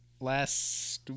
Last